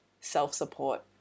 self-support